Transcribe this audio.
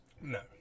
No